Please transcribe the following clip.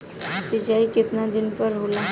सिंचाई केतना दिन पर होला?